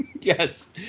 Yes